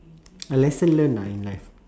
a lesson learnt lah in life